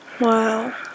Wow